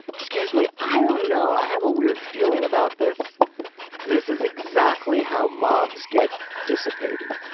excuse me. i don't know. i have a weird feeling about this this is exactly how mobs get dissipated,